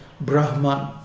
Brahman